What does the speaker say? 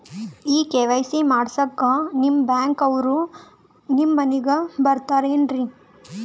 ಈ ಕೆ.ವೈ.ಸಿ ಮಾಡಸಕ್ಕ ನಿಮ ಬ್ಯಾಂಕ ಅವ್ರು ನಮ್ ಮನಿಗ ಬರತಾರೆನ್ರಿ?